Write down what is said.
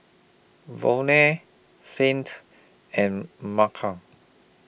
Volney Saint and Mekhi